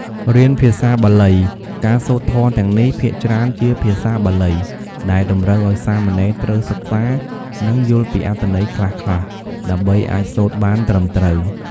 រៀនភាសាបាលី ការសូត្រធម៌ទាំងនេះភាគច្រើនជាភាសាបាលី ដែលតម្រូវឱ្យសាមណេរត្រូវសិក្សា និងយល់ពីអត្ថន័យខ្លះៗ ដើម្បីអាចសូត្របានត្រឹមត្រូវ។